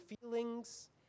feelings